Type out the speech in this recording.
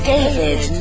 David